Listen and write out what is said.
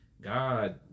God